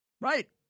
right